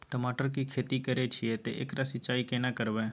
टमाटर की खेती करे छिये ते एकरा सिंचाई केना करबै?